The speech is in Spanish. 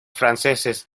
franceses